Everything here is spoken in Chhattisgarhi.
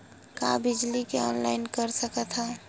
का बिजली के ऑनलाइन कर सकत हव?